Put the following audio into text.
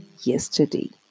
yesterday